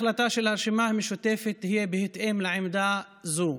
ההחלטה של הרשימה המשותפת תהיה בהתאם לעמדה זו.